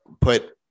put